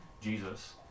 jesus